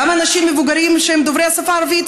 גם אנשים מבוגרים שהם דוברי השפה הערבית,